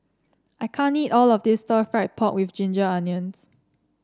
I can't eat all of this Stir Fried Pork with Ginger Onions